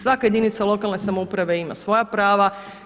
Svaka jedinica lokalne samouprave ima svoja prava.